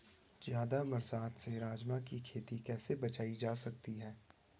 ज़्यादा बरसात से राजमा की खेती कैसी बचायी जा सकती है?